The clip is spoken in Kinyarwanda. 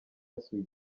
yasuye